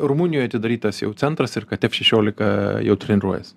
rumunijoj atidarytas jau centras ir kad f šešiolika jau treniruojasi